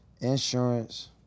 insurance